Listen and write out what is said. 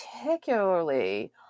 particularly